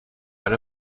out